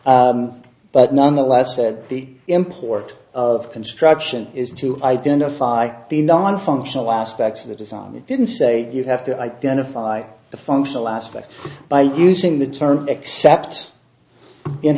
but nonetheless said the import of construction is to identify the nonfunctional aspects of the design didn't say you have to identify the functional aspect by using the term except in